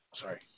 Sorry